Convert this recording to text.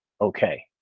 okay